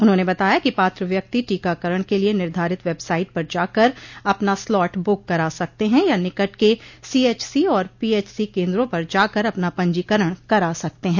उन्होंने बताया कि पात्र व्यक्ति टीकाकरण के लिये निर्धारित वेबसाइट पर जाकर अपना स्लाट बूक करा सकते हैं या निकट के सीएचसी और पीएचसी केन्द्रों पर जाकर अपना पंजीकरण करा सकते हैं